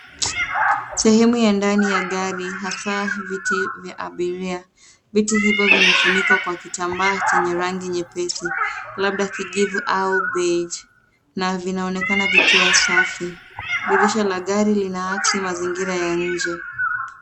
Sehemu ya ndani ya gari hasaa viti vya abiria. Viti hivyo vimefunikwa kwa kitambaa chenye rangi nyepesi labda kijivu au beiji na vinaonekana vikiwa safi. Dirisha la gari linaasi mazingira ya nje.